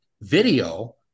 video